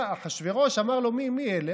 אחשוורוש אמר לו: מי אלה?